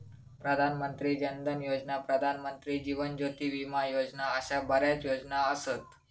प्रधान मंत्री जन धन योजना, प्रधानमंत्री जीवन ज्योती विमा योजना अशा बऱ्याच योजना असत